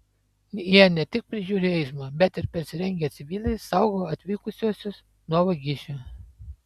jie ne tik prižiūri eismą bet ir persirengę civiliais saugo atvykusiuosius nuo vagišių